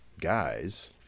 guys